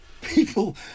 people